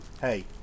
hey